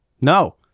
no